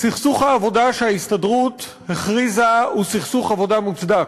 סכסוך העבודה שההסתדרות הכריזה הוא סכסוך עבודה מוצדק.